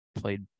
played